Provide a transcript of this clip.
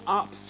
up